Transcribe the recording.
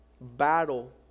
battle